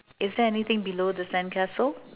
is there anything below the sandcastle